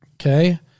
Okay